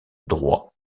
droit